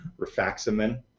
rifaximin